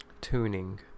Tuning